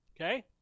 Okay